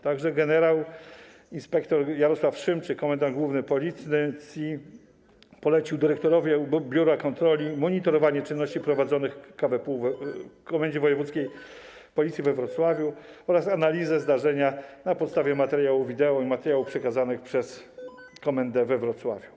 Także gen. insp. Jarosław Szymczyk, komendant główny Policji, polecił dyrektorowi biura kontroli monitorowanie czynności prowadzonych w Komendzie Wojewódzkiej Policji we Wrocławiu oraz analizę zdarzenia na podstawie materiału wideo i materiałów przekazanych przez komendę we Wrocławiu.